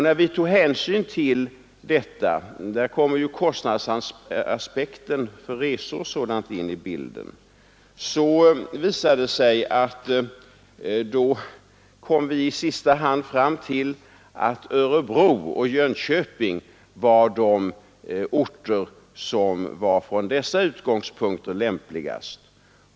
När vi tog hänsyn till detta — här kommer ju kostnadsaspekten med resor och sådant in i bilden — visade det sig att vi då i sista hand kom fram till att Örebro och Jönköping var de orter som från dessa utgångspunkter var lämpligast.